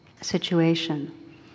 situation